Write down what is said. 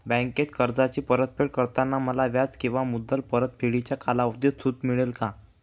बँकेत कर्जाची परतफेड करताना मला व्याज किंवा मुद्दल परतफेडीच्या कालावधीत सूट मिळेल का?